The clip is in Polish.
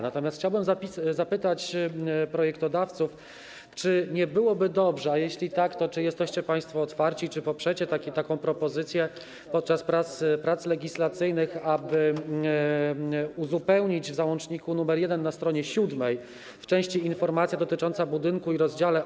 Natomiast chciałbym zapytać projektodawców, czy nie byłoby dobrze, a jeśli tak, to czy jesteście państwo otwarci, czy poprzecie taką propozycję podczas prac legislacyjnych, aby w załączniku nr 1 na s. 7 w części: Informacje dotycząca budynku w rozdziale: